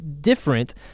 different